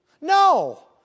No